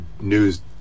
news